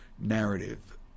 narrative